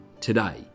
today